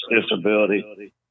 disability